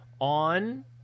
on